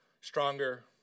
stronger